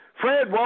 Fred